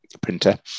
printer